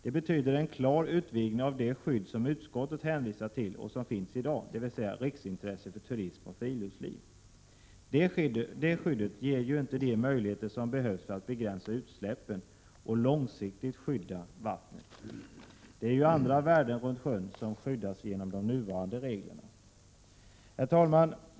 Det betyder en klar utvidgning av det skydd som utskottet hänvisar till och som finns i dag, dvs. riksintresse för turism och friluftsliv. Det skyddet ger ju inte de möjligheter som behövs för att begränsa utsläppen och långsiktigt skydda vattnet. Det är andra värden runt sjön som skyddas genom de nuvarande reglerna. Herr talman!